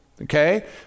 okay